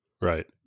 Right